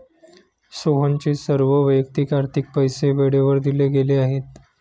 सोहनचे सर्व वैयक्तिक आर्थिक पैसे वेळेवर दिले गेले आहेत